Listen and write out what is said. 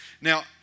Now